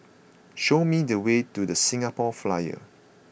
show me the way to The Singapore Flyer